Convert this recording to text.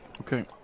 Okay